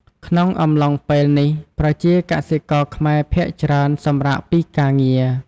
ក្នុងអំឡុងពេលនេះ ប្រជាកសិករខ្មែរភាគច្រើនសម្រាកពីការងារ។